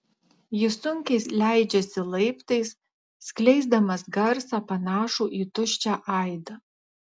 jis sunkiai leidžiasi laiptais skleisdamas garsą panašų į tuščią aidą